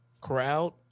crowd